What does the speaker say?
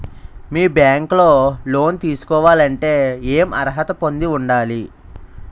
మీ bank లో loan తీసుకోవాలంటే ఎం అర్హత పొంది ఉండాలి?